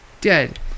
dead